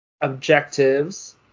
objectives